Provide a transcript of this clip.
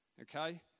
okay